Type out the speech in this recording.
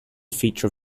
feature